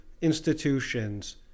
institutions